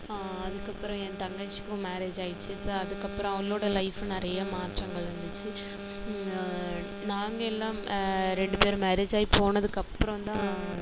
அதுக்கப்புறம் ஏன் தங்கச்சிக்கும் மேரேஜ் ஆயிருச்சு ஸோ அதுக்கப்புறம் அவளோட லைஃப் நிறைய மாற்றங்கள் வந்துச்சு நாங்கள் எல்லாம் ரெண்டு பேரும் மேரேஜ் ஆயி போனதுக்கப்புறந்தான்